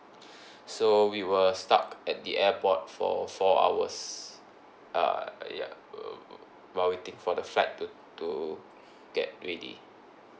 so we were stuck at the airport for four hours uh yes err while waiting for the flight to to get ready